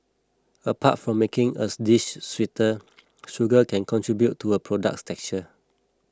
apart from making as dish sweeter sugar can contribute to a product's texture